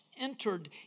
entered